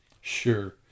sure